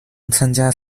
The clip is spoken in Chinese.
参加